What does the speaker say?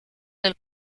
del